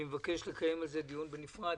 אני מבקש לקיים על זה דיון בנפרד,